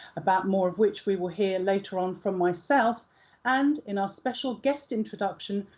about more of which we will hear later on from myself and in our special guest introduction,